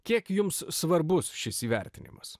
kiek jums svarbus šis įvertinimas